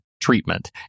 Treatment